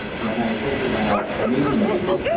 like when i think about meeting you,